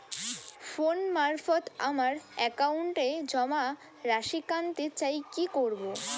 Phone মারফত আমার একাউন্টে জমা রাশি কান্তে চাই কি করবো?